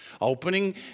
opening